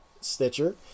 Stitcher